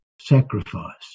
sacrifice